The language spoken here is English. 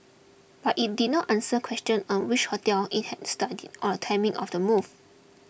but it did not answer questions on which hotels it had studied or the timing of the move